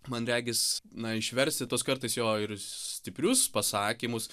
man regis na išversti tuos kartais jo ir stiprius pasakymus